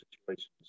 situations